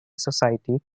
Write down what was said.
society